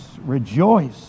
rejoice